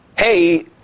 Hey